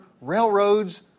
railroads